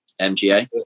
MGA